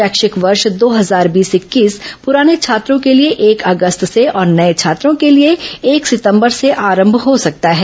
शैक्षिक वर्ष दो हजार बीस इक्कीस पुराने छात्रों के लिए एक अगस्त से और नए छात्रों के लिए एक सितंबर से आरंभ हो सकता है